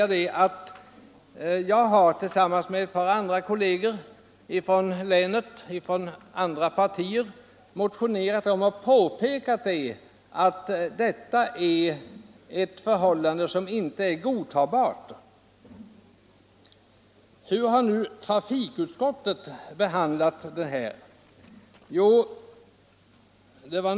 Jag har tillsammans med ett par riksdagsmän från länet tillhörande andra partier motionerat om och påpekat att detta är ett förhållande som inte är godtagbart. Hur har då trafikutskottet behandlat denna fråga?